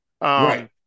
right